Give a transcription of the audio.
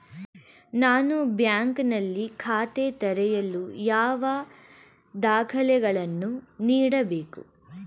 ನಾನು ಬ್ಯಾಂಕ್ ನಲ್ಲಿ ಖಾತೆ ತೆರೆಯಲು ಯಾವ ದಾಖಲೆಗಳನ್ನು ನೀಡಬೇಕು?